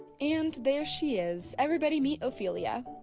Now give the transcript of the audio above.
and there she is! everybody meet ophelia.